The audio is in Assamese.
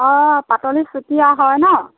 অঁ পাতলি চুতীয়া হ'য় ন